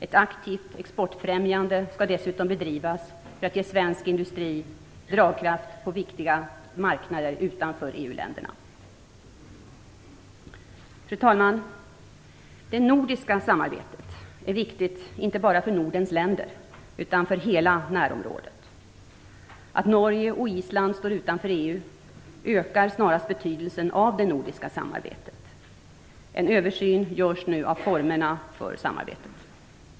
Ett aktivt exportfrämjande skall dessutom bedrivas för att ge svensk industri dragkraft på viktiga marknader utanför EU-länderna. Fru talman! Det nordiska samarbetet är viktigt inte bara för Nordens länder utan för hela närområdet. Att Norge och Island står utanför EU snarast ökar betydelsen av det nordiska samarbetet. En översyn görs nu av formerna för samarbetet.